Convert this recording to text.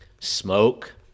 Smoke